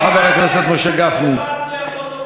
אדוני היושב-ראש, זה בזבוז זמן,